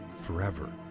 forever